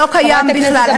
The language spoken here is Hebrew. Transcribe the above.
שלא קיים בכלל.